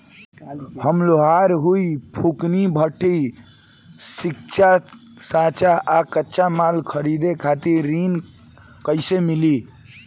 हम लोहार हईं फूंकनी भट्ठी सिंकचा सांचा आ कच्चा माल खरीदे खातिर ऋण कइसे मिली?